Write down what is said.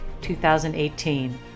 2018